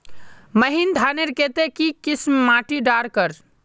महीन धानेर केते की किसम माटी डार कर?